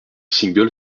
single